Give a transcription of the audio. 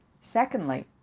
Secondly